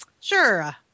Sure